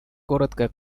коротко